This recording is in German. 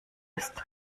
ist